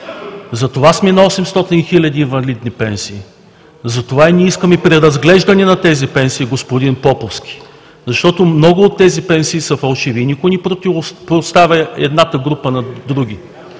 Затова сме на 800 хиляди инвалидни пенсии. Затова ние искаме преразглеждане на тези пенсии, господин Поповски. Защото много от тези пенсии са фалшиви. Никой не противопоставя едната група на другата.